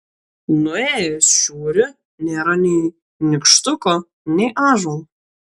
nuėjęs žiūri nėra nei nykštuko nei ąžuolo